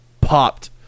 popped